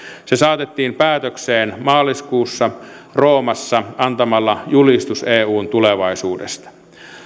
se saatettiin päätökseen maaliskuussa roomassa antamalla julistus eun tulevaisuudesta